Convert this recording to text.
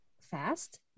fast